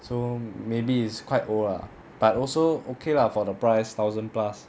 so maybe it's quite old ah but also okay lah for the price thousand plus